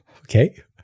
okay